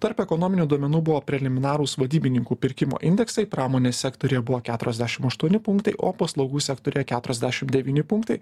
tarp ekonominių duomenų buvo preliminarūs vadybininkų pirkimo indeksai pramonės sektoriuje buvo keturiasdešim aštuoni punktai o paslaugų sektoriuje keturiasdešim devyni punktai